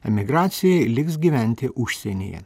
emigracijoj liks gyventi užsienyje